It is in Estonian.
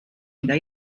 mida